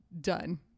done